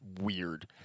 Weird